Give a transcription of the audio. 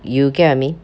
you get what I mean